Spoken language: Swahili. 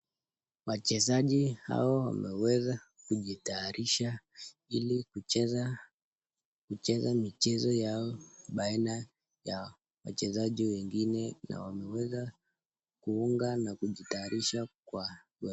Wachezaji hawa wameweza kujitayarisha ili kucheza michezo yao baina ya wachezaji wengine na wameweza kuunga na kujitayarisha.